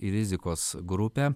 į rizikos grupę